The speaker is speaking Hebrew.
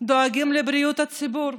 דואגים לבריאות הציבור.